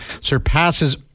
surpasses